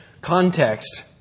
context